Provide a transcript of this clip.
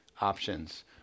Options